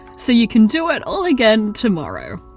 so you can do it all again tomorrow.